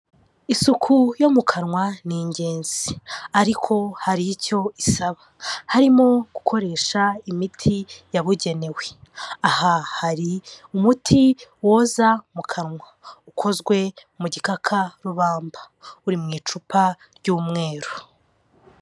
Isuku yo mu kanwa ni ingenzi ariko hari icyo isaba, harimo gukoresha imiti yabugenewe, aha hari umuti woza mu kanwa, ukozwe mu gikakarubamba, uri mu icupa ry'umweru.